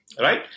right